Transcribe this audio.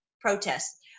protests